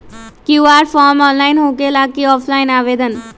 QR form online होकेला कि offline आवेदन?